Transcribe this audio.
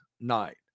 night